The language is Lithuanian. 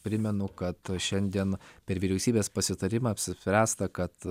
primenu kad šiandien per vyriausybės pasitarimą apsispręsta kad